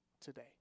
today